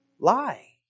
Lie